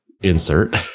insert